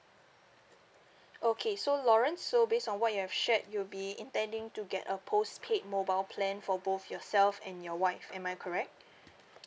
okay so lawrence so based on what you have shared you'll be intending to get a postpaid mobile plan for both yourself and your wife am I correct